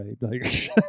right